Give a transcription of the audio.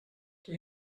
que